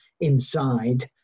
inside